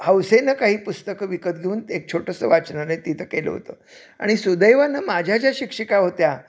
हौसेनं काही पुस्तकं विकत घेऊन ते एक छोटंसं वाचनालय तिथं केलं होतं आणि सुदैवानं माझ्या ज्या शिक्षिका होत्या